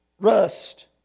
rust